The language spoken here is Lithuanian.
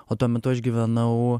o tuo metu aš gyvenau